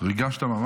ריגשת ממש.